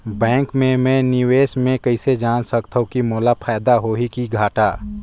Bank मे मैं निवेश मे कइसे जान सकथव कि मोला फायदा होही कि घाटा?